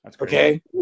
Okay